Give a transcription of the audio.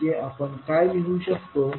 म्हणजे आपण काय लिहू शकतो